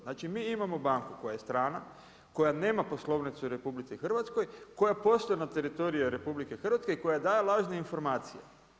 Znači, mi imamo banku, koja je strana, koja nema poslovnicu u RH, koja posluje na teritoriju RH i koja daje lažne informacije.